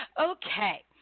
Okay